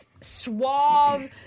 suave